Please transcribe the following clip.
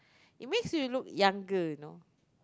it means you will look younger you know